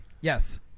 Yes